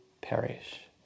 perish